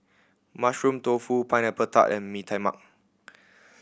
Mushroom Tofu Pineapple Tart and Mee Tai Mak